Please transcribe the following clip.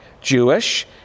Jewish